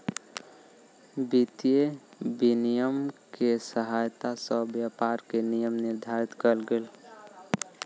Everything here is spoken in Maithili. वित्तीय विनियम के सहायता सॅ व्यापार के नियम निर्धारित कयल गेल